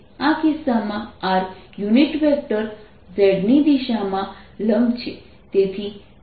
આ કિસ્સામાં r unit vector z ની દિશામાં લંબ છે તેથી P